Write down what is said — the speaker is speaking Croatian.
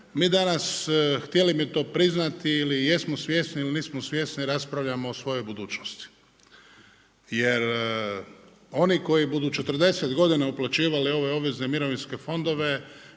Mi danas htjeli mi to priznati ili jesmo svjesni ili nismo svjesni raspravljamo o svojoj budućnosti jer oni koji budu 40 godina uplaćivali ove obvezne mirovinske fondove